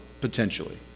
potentially